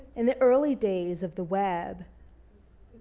in the early days of the web